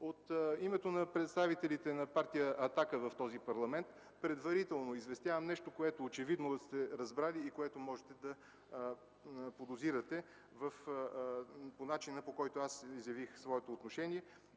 От името на представителите на Партия „Атака” в този парламент предварително известявам нещо, което очевидно сте разбрали и което можете да подозирате по начина, по който аз изявих своето отношение